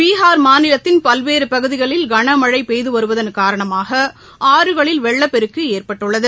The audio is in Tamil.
பீகார் மாநிலத்தின் பல்வேறு பகுதிகளில் கன மழை பெய்து வருவதன் காரணமாக ஆறுகளில் வெள்ளப்பெருக்கு ஏற்பட்டுள்ளது